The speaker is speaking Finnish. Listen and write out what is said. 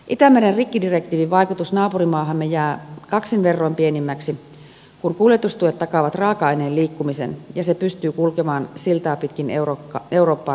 itämeren rikkidirektiivin vaikutus naapurimaahamme jää kaksin verroin pienemmäksi kun kuljetustuet takaavat raaka aineen liikkumisen ja se pystyy kulkemaan siltaa pitkin eurooppaan tanskan salmen yli